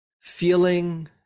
feeling